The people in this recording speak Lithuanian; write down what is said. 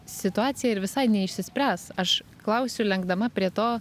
situacija ir visai neišsispręs aš klausiu lenkdama prie to